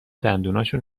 دندوناشو